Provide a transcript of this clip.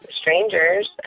strangers